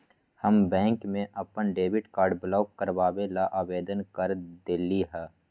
हम बैंक में अपन डेबिट कार्ड ब्लॉक करवावे ला आवेदन कर देली है